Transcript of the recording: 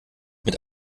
mit